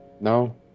no